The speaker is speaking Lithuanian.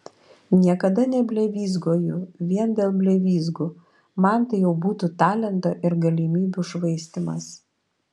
niekada neblevyzgoju vien dėl blevyzgų man tai jau būtų talento ir galimybių švaistymas